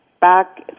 back